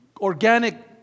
organic